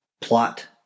plot